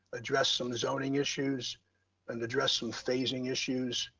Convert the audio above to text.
address some zoning issues and address some phasing issues.